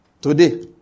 Today